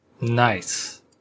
Nice